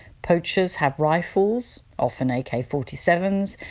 poachers have rifles, often ak forty seven s,